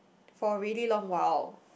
for really long while